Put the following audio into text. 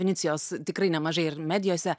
inicijuos tikrai nemažai ir medijose